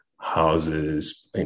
houses